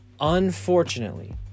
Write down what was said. Unfortunately